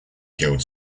killed